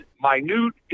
minute